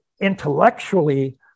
intellectually